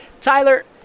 Tyler